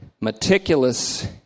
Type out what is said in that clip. Meticulous